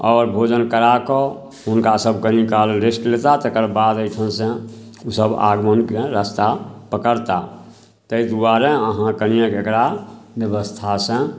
आओर भोजन करा कऽ हुनकासभ कनि काल रेस्ट लेताह तकर बाद एहिठामसँ ओसभ आगमनके रस्ता पकड़ताह ताहि दुआरे अहाँ कनिए कऽ एकरा बेबस्थासँ